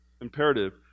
imperative